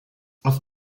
auf